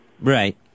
Right